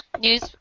News